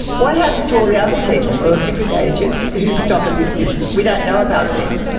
what happens to all the other people, of different ages, who stop at this distance? we don't know about them.